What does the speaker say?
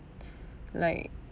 like